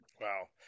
Wow